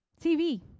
TV